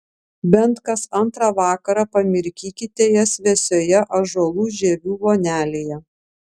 bent kas antrą vakarą pamirkykite jas vėsioje ąžuolų žievių vonelėje